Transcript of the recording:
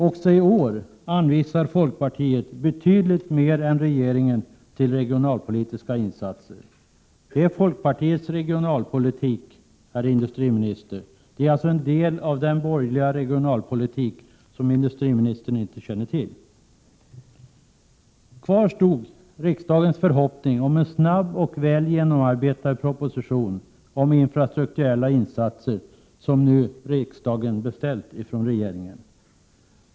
Också i år anvisar folkpartiet betydligt mer än regeringen till regionalpolitiska insatser. Det är folkpartiets regionalpolitik, herr industriminister — alltså en del av den borgerliga regionalpolitik som industriministern inte känner till. Kvar stod riksdagens förhoppning om en snabb och väl genomarbetad proposition om infrastrukturella insatser som riksdagen beställt från regeringen.